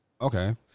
Okay